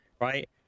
right